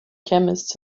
chemists